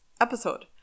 episode